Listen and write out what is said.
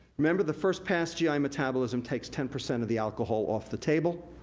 remember, the first pass gi metabolism takes ten percent of the alcohol off the table.